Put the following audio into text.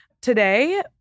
Today